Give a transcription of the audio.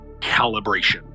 calibration